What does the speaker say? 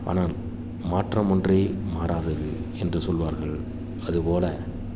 ஆனால் மாற்றம் ஒன்றே மாறாதது என்று சொல்வார்கள் அதுபோல்